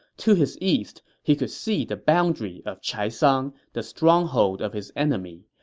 to his east he could see the boundary of chaisang, the stronghold of his enemy.